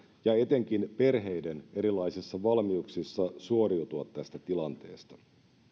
ja etenkin perheiden erilaisissa valmiuksissa suoriutua tästä tilanteesta